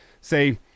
say